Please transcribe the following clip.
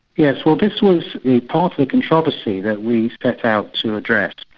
yes, well this was the part of the controversy that we set out to address.